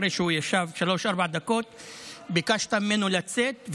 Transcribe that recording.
אחרי שהוא ישב שלוש-ארבע דקות ביקשת ממנו לצאת,